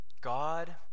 God